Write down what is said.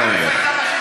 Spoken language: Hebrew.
אנא ממך.